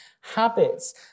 habits